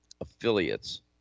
affiliates